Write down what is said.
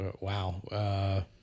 wow